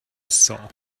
saw